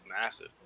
massive